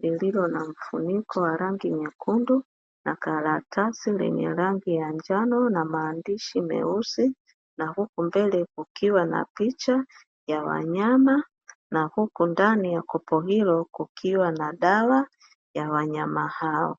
lililo na mfuniko wa rangi nyekundu na karatasi lenye rangi ya njano na maandishi meusi. Na huku mbele kukiwa na picha ya wanyama, na huku ndani ya kopo hilo kukiwa na dawa ya wanyama hao.